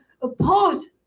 opposed